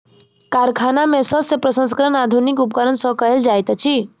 कारखाना में शस्य प्रसंस्करण आधुनिक उपकरण सॅ कयल जाइत अछि